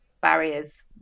barriers